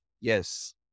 Yes